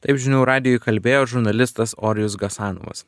taip žinių radijui kalbėjo žurnalistas orijus gasanovas